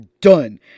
Done